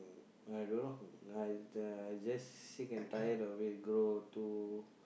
I don't know I I just sick and tired of it grow too